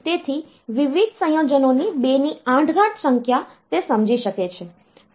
તેથી વિવિધ સંયોજનોની 28 સંખ્યા તે સમજી શકે છે